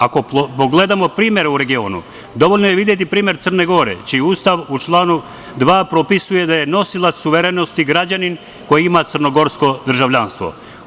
Ako pogledamo primer u regionu, dovoljno je videti primer Crne Gore čiji Ustav u članu 2. propisuje da je nosilac suverenosti građanin koji ima crnogorsko državljanstvo.